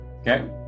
Okay